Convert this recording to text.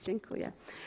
Dziękuję.